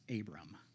Abram